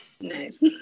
Nice